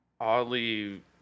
oddly